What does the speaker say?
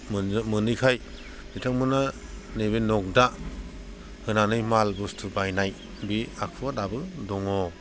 मोनैखाय बिथांमोना नैबे नग्दा होनानै माल बुस्तु बायनाय बे आखुआ दाबो दङ